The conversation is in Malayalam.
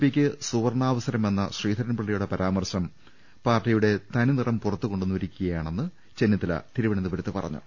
പിക്ക് സുവർണാവസരമെന്ന ശ്രീധ രൻപിള്ളയുടെ പരാമർശം അവരുടെ തനിനിറം പുറത്തുകൊണ്ടുവന്നിരിക്കു കയാണെന്ന് ചെന്നിത്തല തിരുവനന്തപുരത്ത് പറഞ്ഞു